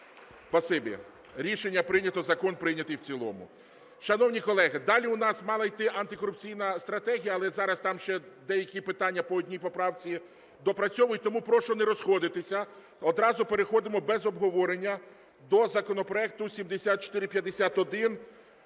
Спасибі. Рішення прийнято. Закон прийнятий в цілому. Шановні колеги, далі у нас мала йти антикорупційна стратегія, але зараз там ще деякі питання по одній поправці доопрацьовують. Тому прошу не розходитися, одразу переходимо без обговорення до законопроекту 7451.